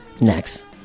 Next